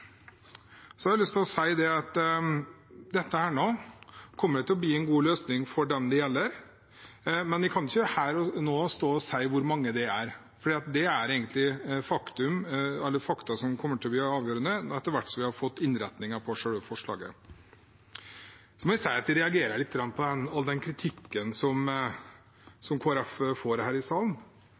Så ja, vi jobber for å få til en god løsning på dette, sammen med våre regjeringspartnere. Jeg har lyst til å si at dette kommer til å bli en god løsning for dem det gjelder, men jeg kan ikke her og nå stå og si hvor mange det er, for det er egentlig fakta som kommer til å bli avgjørende, etter hvert som vi har fått innretningen på selve forslaget. Jeg må si at jeg reagerer lite grann på all den kritikken som Kristelig Folkeparti får her i salen,